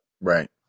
Right